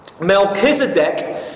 Melchizedek